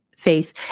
face